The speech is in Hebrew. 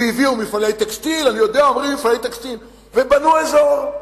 והביאו מפעלי טקסטיל, ובנו אזור.